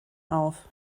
auf